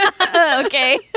Okay